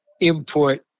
input